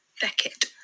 Beckett